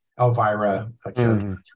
Elvira